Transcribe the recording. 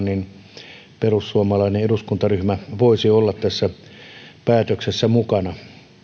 niin perussuomalainen eduskuntaryhmä voisi olla tässä päätöksessä mukana